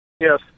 Yes